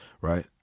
right